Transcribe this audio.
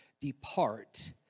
depart